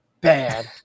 bad